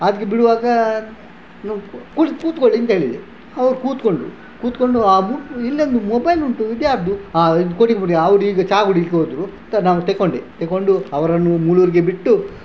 ಅದಕ್ಕೆ ಬಿಡುವಾಗ ಕೂತ್ಕೊಳ್ಳಿ ಅಂತ ಹೇಳಿದೆ ಅವ್ರು ಕೂತ್ಕೊಂಡ್ರು ಕೂತ್ಕೊಂಡು ಹಾಗೂ ಇಲ್ಲಿ ಒಂದು ಮೊಬೈಲ್ ಉಂಟು ಇದ್ಯಾರದ್ದು ಕೊಡಿ ಕೊಡಿ ಅವರೀಗ ಚಹಾ ಕುಡೀಲಿಕ್ಕೋದ್ರು ಅಂತ ನಾನು ತಗೊಂಡೆ ತಗೊಂಡು ಅವರನ್ನು ಮೂಳೂರಿಗೆ ಬಿಟ್ಟು